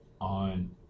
on